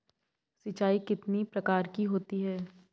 सिंचाई कितनी प्रकार की होती हैं?